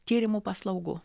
tyrimų paslaugų